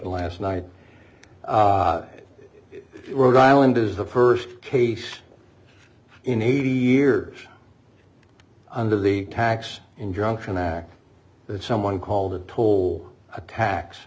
last night rhode island is the st case in eighty years under the tax injunction act that someone called a toll a ta